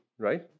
Right